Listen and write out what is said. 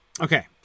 okay